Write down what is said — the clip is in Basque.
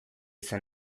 zen